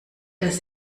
das